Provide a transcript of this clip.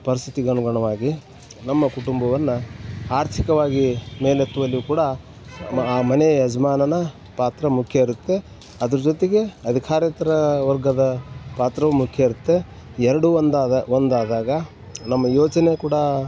ಪರ್ಸ್ಥಿತಿಗೆ ಅನುಗುಣ್ವಾಗಿ ನಮ್ಮ ಕುಟುಂಬವನ್ನು ಆರ್ಥಿಕವಾಗಿ ಮೇಲೆತ್ತುವಲ್ಲಿಯೂ ಕೂಡ ಆ ಮನೆಯ ಯಜಮಾನನ ಪಾತ್ರ ಮುಖ್ಯ ಇರುತ್ತೆ ಅದ್ರ ಜೊತೆಗೆ ಅಧಿಕಾರೇತ್ರ ವರ್ಗದ ಪಾತ್ರವು ಮುಖ್ಯ ಇರುತ್ತೆ ಎರಡೂ ಒಂದಾದ ಒಂದಾದಾಗ ನಮ್ಮ ಯೋಚನೆ ಕೂಡ